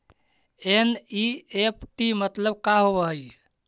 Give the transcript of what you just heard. NEFT मतलब का होब हई?